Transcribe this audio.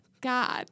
God